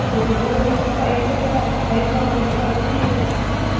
ସେତେ ଯିବୁ ଯୋଉଦିନ କହିବୁ ତତେ କହିବି ଫୋନ୍ କରିବି ଆସିବୁ